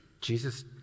Jesus